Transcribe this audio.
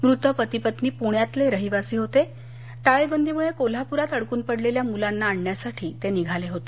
मृत पती पत्नी पुण्यातले रहिवासी होते टाळेबंदीमुळे कोल्हापुरात अड़कून पडलेल्या मुलांना आणण्यासाठी ते निघाले होते